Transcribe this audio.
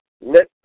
Let